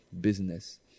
business